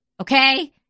Okay